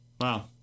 Wow